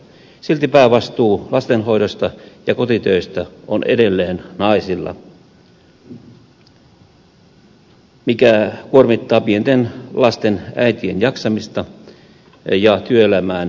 silti päävastuu lastenhoidosta ja kotitöistä on edelleen naisilla mikä kuormittaa pienten lasten äitien jaksamista ja työelämään osallistumista